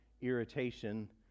irritation